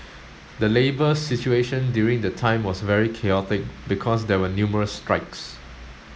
the labour situation during the time was very chaotic because there were numerous strikes